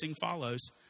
follows